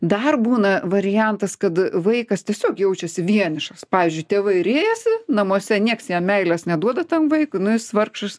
dar būna variantas kad vaikas tiesiog jaučiasi vienišas pavyzdžiui tėvai riejasi namuose niekas jam meilės neduoda tam vaikui nu jis vargšas